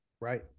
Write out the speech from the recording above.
Right